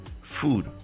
food